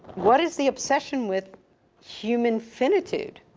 what is the obsession with human finitude?